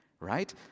right